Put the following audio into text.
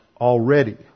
already